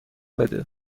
بده